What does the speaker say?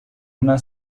una